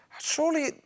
surely